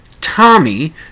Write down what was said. Tommy